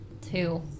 two